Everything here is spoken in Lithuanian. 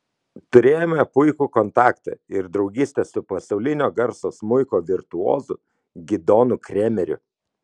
turėjome puikų kontaktą ir draugystę su pasaulinio garso smuiko virtuozu gidonu kremeriu